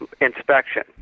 inspection